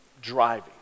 driving